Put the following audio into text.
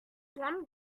blonde